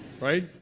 right